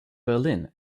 berlin